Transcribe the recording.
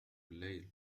الليل